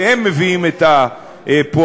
שהם מביאים את הפועלים,